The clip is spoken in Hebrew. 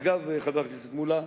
אגב, חבר הכנסת מולה,